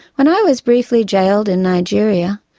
when i was briefly jailed in nigeria,